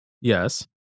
yes